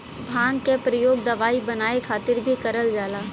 भांग क परयोग दवाई बनाये खातिर भीं करल जाला